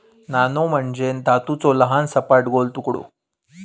नाणो म्हणजे धातूचो लहान, सपाट, गोल तुकडो